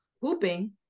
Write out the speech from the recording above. pooping